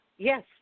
Yes